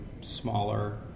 smaller